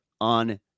on